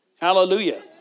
Hallelujah